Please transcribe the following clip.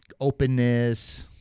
openness